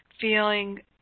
feeling